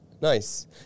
nice